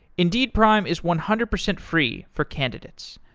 indeed prime is one hundred percent free for candidates,